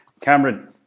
Cameron